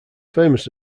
famous